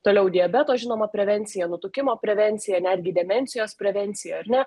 toliau diabeto žinoma prevencija nutukimo prevencija netgi demencijos prevencija ar ne